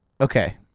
okay